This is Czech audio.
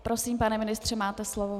Prosím, pane ministře, máte slovo.